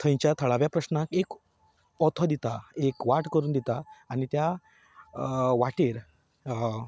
थंयच्या थळाव्या प्रस्नांक एक ओथो दिता एक वाट करून दिता आनी त्या वाटेर